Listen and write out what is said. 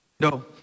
No